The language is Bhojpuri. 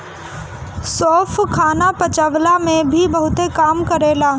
सौंफ खाना पचवला में भी बहुते काम करेला